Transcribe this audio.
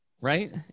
right